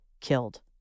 killed